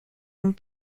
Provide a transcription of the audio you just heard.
une